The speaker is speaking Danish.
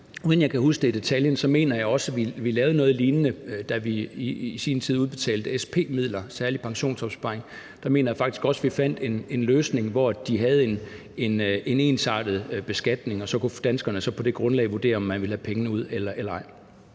uden at jeg kan huske det i detaljer, at vi lavede noget lignende, da vi i sin tid udbetalte SP-midler, den særlige pensionsopsparing; der mener jeg faktisk også, at vi fandt en løsning for en ensartet beskatning, og så kunne danskerne på det grundlag vurdere, om de vil have pengene ud eller ej.